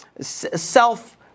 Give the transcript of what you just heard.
self